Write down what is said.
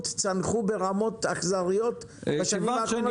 צנחו ברמות אכזריות בשנים האחרונות?